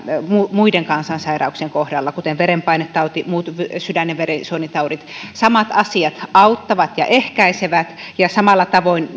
muiden kansansairauksien kohdalla kuten verenpainetaudista ja muista sydän ja verisuonitaudeista samat asiat auttavat ja ehkäisevät ja samalla tavoin